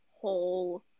whole